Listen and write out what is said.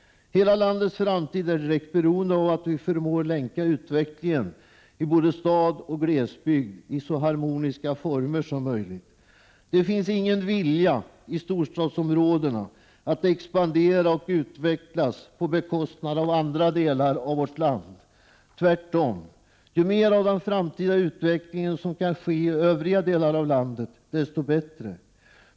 Hela landets framtid är direkt beroende av att vi förmår länka utvecklingen i både stad och glesbygd i så harmoniska former som möjligt. Det finns ingen strävan i storstadsområdena att låta dessa expandera och utvecklas på bekostnad av andra delar av vårt land, tvärtom. Ju mer av den framtida utvecklingen som kan ske i övriga delar av landet desto bättre.